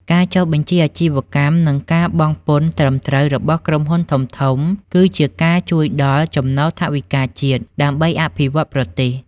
ការចុះបញ្ជីអាជីវកម្ម និងការបង់ពន្ធត្រឹមត្រូវរបស់ក្រុមហ៊ុនធំៗ គឺជាការជួយដល់ ចំណូលថវិកាជាតិ ដើម្បីអភិវឌ្ឍប្រទេស។